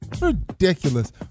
ridiculous